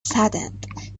saddened